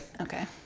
okay